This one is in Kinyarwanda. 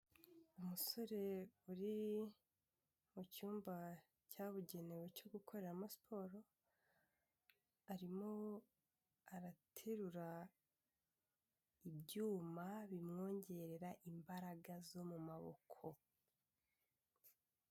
Umusore uri mu cyumba cyabugenewe cyo gukoreramo siporo, arimo araterura ibyuma bimwongerera imbaraga zo mu maboko.